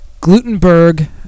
Glutenberg